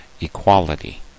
equality